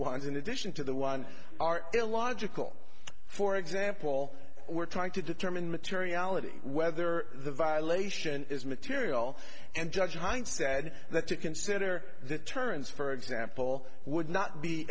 ones in addition to the one are illogical for example we're trying to determine materiality whether the violation is material and judged hine said that to consider the turns for example would not be